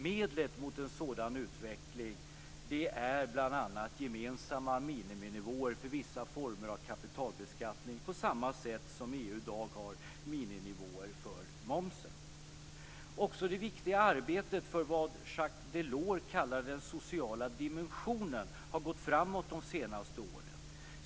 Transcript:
Medlet mot en sådan utveckling är bl.a. gemensamma miniminivåer för vissa former av kapitalbeskattning på samma sätt som EU i dag har miniminivåer för momsen. Också det viktiga arbetet för vad Jacques Delors kallar den sociala dimensionen har gått framåt de senaste åren.